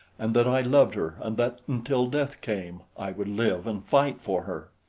and that i loved her, and that until death came, i would live and fight for her.